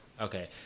Okay